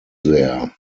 there